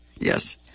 yes